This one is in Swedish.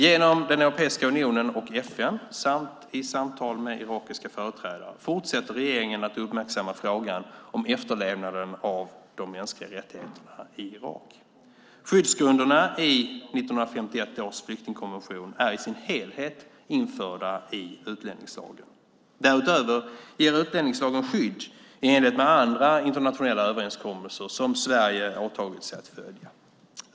Genom Europeiska unionen och FN samt i samtal med irakiska företrädare fortsätter regeringen att uppmärksamma frågan om efterlevnaden av de mänskliga rättigheterna i Irak. Skyddsgrunderna i 1951 års flyktingkonvention är i sin helhet införda i utlänningslagen. Därutöver ger utlänningslagen skydd i enlighet med andra internationella överenskommelser som Sverige åtagit sig att följa.